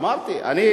אמרתי, אמרתי.